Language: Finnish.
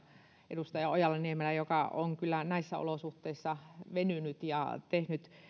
edustaja ojala niemelää joka on kyllä näissä olosuhteissa venynyt ja tehnyt